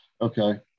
Okay